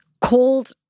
called